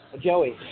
Joey